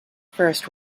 first